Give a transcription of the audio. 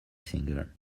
singer